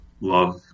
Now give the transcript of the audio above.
love